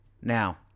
Now